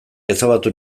ezabatu